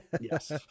Yes